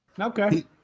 Okay